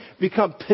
become